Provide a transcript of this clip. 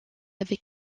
avec